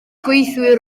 gweithiwr